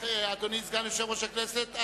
אדוני סגן יושב-ראש הכנסת,